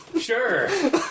sure